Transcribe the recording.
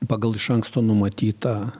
pagal iš anksto numatytą